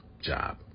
job